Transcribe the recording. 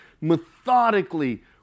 methodically